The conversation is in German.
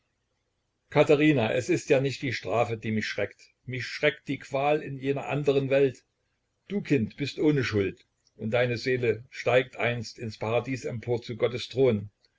katherina es ist ja nicht die strafe die mich schreckt mich schreckt die qual in jener andern welt du kind bist ohne schuld und deine seele fliegt einst ins paradies empor zu gottes thron